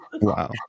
Wow